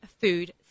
food